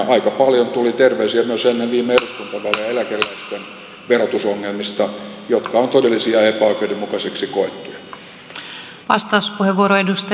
aika paljon tuli terveisiä myös ennen viime eduskuntavaaleja eläkeläisten verotusongelmista jotka ovat todellisia ja epäoikeudenmukaiseksi koettuja